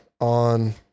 on